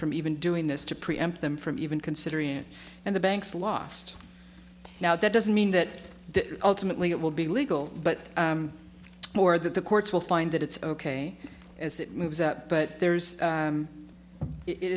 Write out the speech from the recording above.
from even doing this to preempt them from even considering it and the banks lost now that doesn't mean that ultimately it will be legal but more that the courts will find that it's ok as it moves up but there's